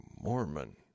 Mormon